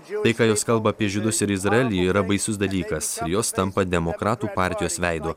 tai ką jos kalba apie žydus ir izraelį yra baisus dalykas jos tampa demokratų partijos veidu